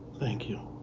thank you.